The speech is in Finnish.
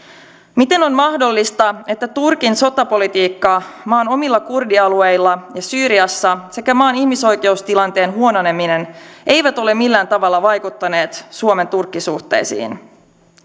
miten on mahdollista että turkin sotapolitiikka maan omilla kurdialueilla ja syyriassa sekä maan ihmisoikeustilanteen huononeminen eivät ole millään tavalla vaikuttaneet suomen turkki suhteisiin